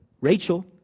Rachel